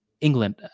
England